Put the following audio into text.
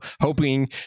hoping